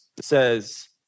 says